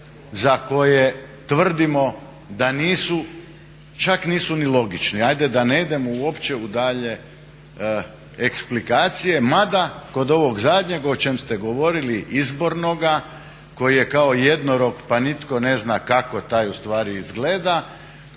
za koje tvrdimo da nisu, čak nisu ni logični. Ajde da ne idemo uopće u dalje eksplikacije. Mada kod ovog zadnjeg o čemu ste govorili izborna koji je kao jednorog pa nitko ne zna kako taj ustvari izgleda